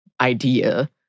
idea